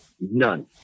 None